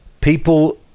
people